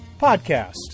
Podcast